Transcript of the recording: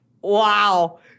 Wow